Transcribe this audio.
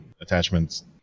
attachments